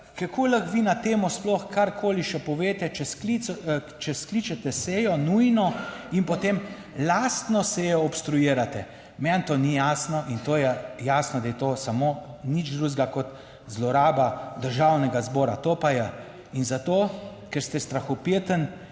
kako lahko vi na temo sploh karkoli še poveste, če skliče skličete sejo nujno in potem lastno sejo obstruirate. Meni to ni jasno in to je jasno, da je to samo nič drugega kot zloraba Državnega zbora, to pa je, in zato ker ste strahopeten